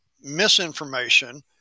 misinformation